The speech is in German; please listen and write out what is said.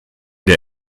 der